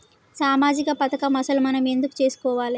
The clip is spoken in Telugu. సామాజిక పథకం అసలు మనం ఎందుకు చేస్కోవాలే?